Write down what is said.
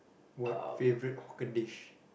what favorite hawker dish